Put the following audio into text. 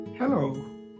Hello